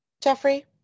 Jeffrey